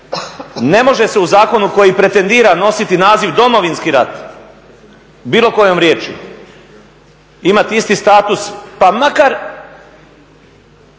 ne može se u zakonu koji pretendira nositi naziv Domovinski rat bilo kojom riječju imati isti status pa makar